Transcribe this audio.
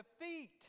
defeat